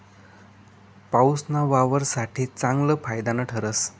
पाऊसना वावर साठे चांगलं फायदानं ठरस